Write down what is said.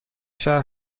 شهر